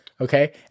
Okay